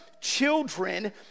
children